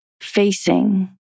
facing